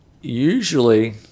usually